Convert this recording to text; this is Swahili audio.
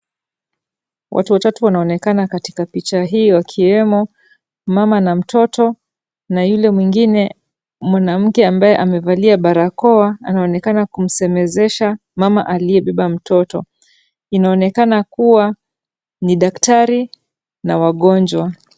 Watu watatu wanaonekana katika picha hii wakiwemo mama na mtoto na yule mwingine mwanamke ambaye amevalia barakoa anaonekana kumsemezesha mama aliyebeba mtoto. Inaonekana kuwa ni daktari na wagonjwa.